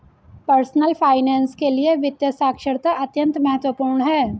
personal finance के लिए वित्तीय साक्षरता अत्यंत महत्वपूर्ण है